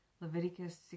Leviticus